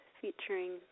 featuring